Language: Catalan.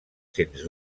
sens